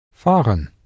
Fahren